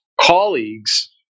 colleagues